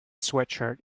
sweatshirt